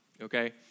Okay